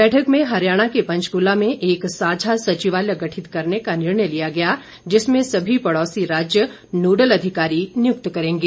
बैठक में हरियाणा के पंचकुला में एक साझा सचिवालय गठित करने का निर्णय लिया गया जिसमें सभी पड़ौसी राज्य नोडल अधिकारी नियुक्त करेंगे